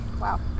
Wow